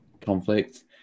conflict